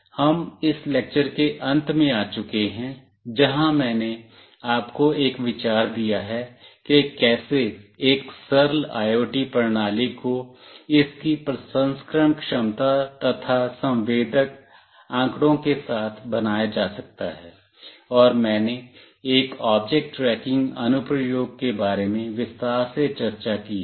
तो हम इस लेक्चर के अंत में आ चुके हैं जहां मैंने आपको एक विचार दिया है कि कैसे एक सरल आइओटी प्रणाली को इसकी प्रसंस्करण क्षमता तथा संवेदक आंकड़ों के साथ बनाया जा सकता है और मैंने एक ऑब्जेक्ट ट्रैकिंग अनुप्रयोग के बारे में विस्तार से चर्चा की है